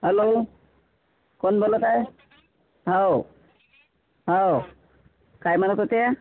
hello कोण बोलत आहे हो हो काय म्हणत होते